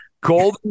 Golden